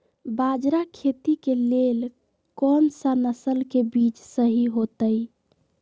बाजरा खेती के लेल कोन सा नसल के बीज सही होतइ?